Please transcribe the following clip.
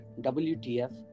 WTF